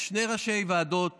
יש שני ראשי ועדות